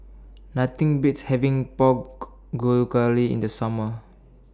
Nothing Beats having Pork in The Summer